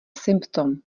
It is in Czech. symptom